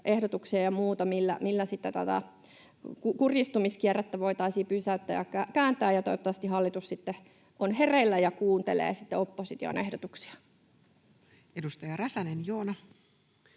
ehdotuksia ja muuta, millä sitten tätä kurjistumiskierrettä voitaisiin pysäyttää ja kääntää. Toivottavasti hallitus sitten on hereillä ja kuuntelee opposition ehdotuksia. Edustaja Räsänen, Joona.